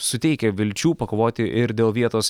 suteikia vilčių pakovoti ir dėl vietos